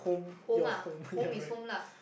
home ah home is home lah